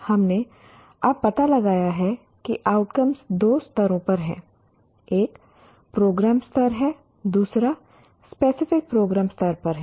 हमने अब पता लगाया है कि आउटकम्स दो स्तरों पर हैं एक प्रोग्राम स्तर है दूसरा स्पेसिफिक प्रोग्राम स्तर पर है